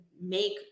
make